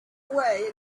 away